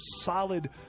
solid